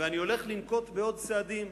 ואני הולך לנקוט עוד צעדים,